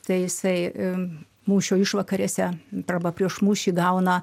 tai jisai mūšio išvakarėse arba prieš mūšį gauna